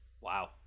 Wow